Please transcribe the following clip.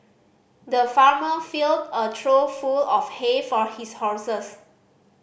the farmer filled a trough full of hay for his horses